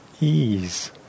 ease